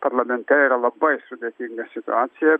parlamente yra labai sudėtinga situacija